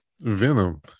Venom